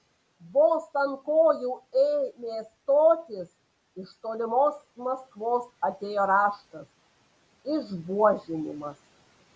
vos ant kojų ėmė stotis iš tolimos maskvos atėjo raštas išbuožinimas